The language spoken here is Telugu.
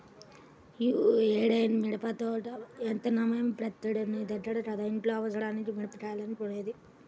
యీ ఏడన్నా మిరపదోట యేత్తన్నవా, ప్రతేడూ నీ దగ్గర కదా ఇంట్లో అవసరాలకి మిరగాయలు కొనేది